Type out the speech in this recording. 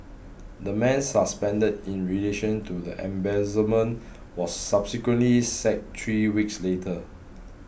the man suspended in relation to the embezzlement was subsequently sacked three weeks later